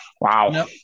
Wow